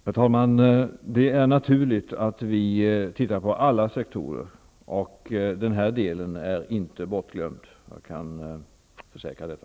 Herr talman! Det är naturligt att vi tittar på alla sektorer. Den här delen är inte bortglömd. Jag kan försäkra detta.